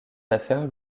d’affaires